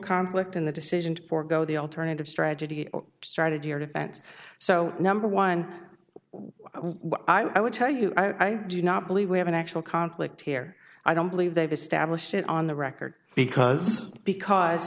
conflict and the decision to forgo the alternative strategy you started your defense so number one i would tell you i do not believe we have an actual conflict here i don't believe they've established it on the record because because